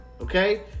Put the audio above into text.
Okay